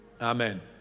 Amen